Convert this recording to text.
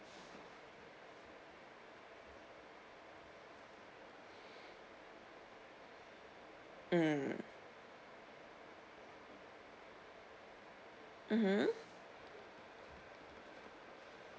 mm mmhmm